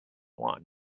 one